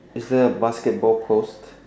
is there a basketball post